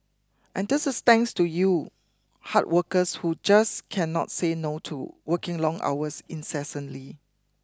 and this is thanks to you hard workers who just cannot say no to working long hours incessantly